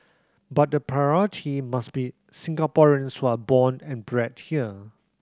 but the priority must be Singaporeans who are born and bred here